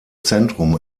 zentrum